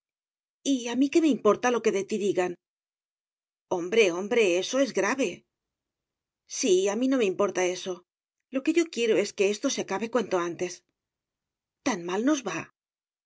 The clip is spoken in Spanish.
y a mí qué me importa lo que de ti digan hombre hombre eso es grave sí a mí no me importa eso lo que yo quiero es que esto se acabe cuanto antes tan mal nos va